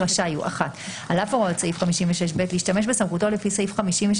רשאי הוא: על אף הוראות סעיף 56(ב) להשתמש בסמכותו לפי סעיף 56